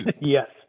yes